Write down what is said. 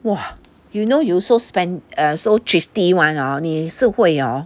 !wah! you know you so spend err so thrifty 你也是会哦